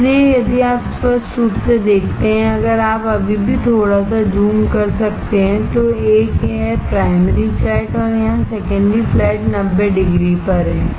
इसलिए यदि आप स्पष्ट रूप से देखते हैं अगर आप अभी भी थोड़ा सा ज़ूम कर सकते हैं तो एक है प्राइमरी फ्लैट और यहां सेकेंडरी फ्लैट 90 डिग्री पर है